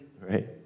Right